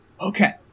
okay